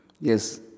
Yes